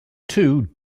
two